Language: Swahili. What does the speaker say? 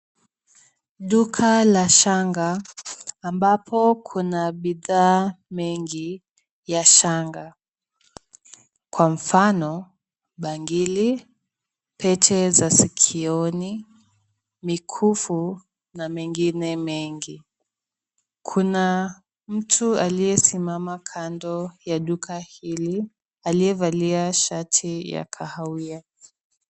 Duka la shanga ambapo kuna bidhaa nyingi, ya shanga kwa mfano bangili, pete za sikioni, mikufu na mengine mengi. Kuna mtu aliye simama kando ya duka hili aliyevalia shati la kahawia.